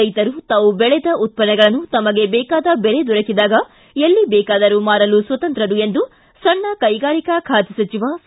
ರೈತರು ತಾವು ಬೆಳೆದ ಉತ್ಪನ್ನಗಳನ್ನು ತಮಗೆ ಬೇಕಾದ ದೆಲೆ ದೊರಕಿದಾಗ ಎಲ್ಲಿ ಬೇಕಾದರೂ ಮಾರಲು ಸ್ವತಂತ್ರರು ಎಂದು ಸಣ್ಣ ಕೈಗಾರಿಕೆ ಖಾತೆ ಸಚಿವ ಸಿ